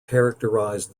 characterised